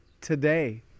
Today